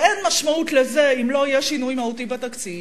אבל אין משמעות לזה אם לא יהיה שינוי מהותי בתקציב,